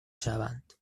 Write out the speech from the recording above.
شوند